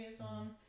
on